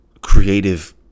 creative